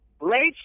Late